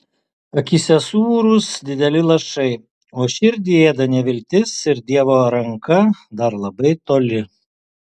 akyse sūrūs dideli lašai o širdį ėda neviltis ir dievo ranka dar labai toli